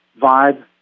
vibe